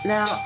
Now